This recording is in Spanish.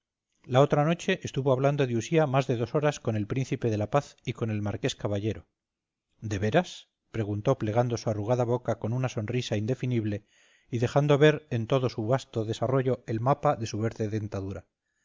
la otra noche estuvo hablando de usía más de dos horas con el príncipe de la paz y con el marqués caballero de veras preguntó plegando su arrugada boca con una sonrisa indefinible y dejando ver en todo su vasto desarrollo el mapa de su verde dentadura